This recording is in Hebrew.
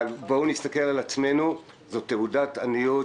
אבל בואו נסתכל על עצמנו, זאת תעודת עניות